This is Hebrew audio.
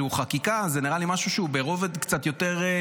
חקיקה זה נראה לי משהו שהוא ברובד קצת יותר,